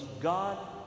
God